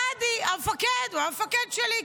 גדי היה המפקד שלי,